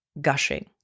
gushing